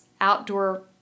outdoor